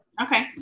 Okay